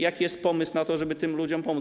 Jaki jest pomysł na to, żeby tym ludziom pomóc?